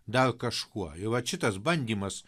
dar kažkuo va šitas bandymas